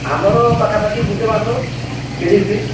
ଆମର ପାଖାପାଖି ଗୋଟେ ମାସ ତିରିଶ ଦିନ